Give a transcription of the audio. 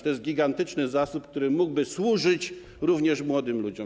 To jest gigantyczny zasób, który mógłby służyć również młodym ludziom.